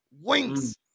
wings